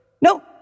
No